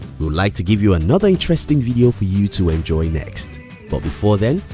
we'll like to give you another interesting video for you to enjoy next but before then,